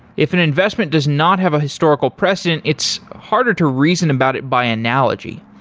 if an investment does not have a historical precedent, it's harder to reason about it by analogy.